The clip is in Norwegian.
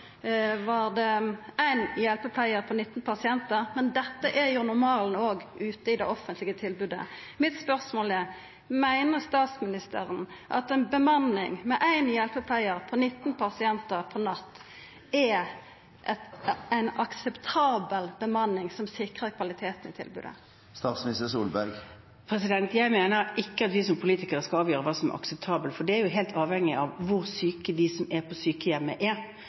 var det éin hjelpepleiar på 19 pasientar, men dette er jo normalen òg ute i det offentlege tilbodet. Mitt spørsmål er: Meiner statsministeren at ein bemanning med éin hjelpepleiar på 19 pasientar om natta er ein akseptabel bemanning, som sikrar kvaliteten i tilbodet? Jeg mener ikke at vi som politikere skal avgjøre hva som er akseptabelt, for det er jo helt avhengig av hvor syke de som er på sykehjemmet, er.